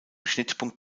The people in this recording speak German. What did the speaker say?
schnittpunkt